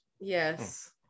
Yes